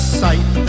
sight